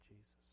Jesus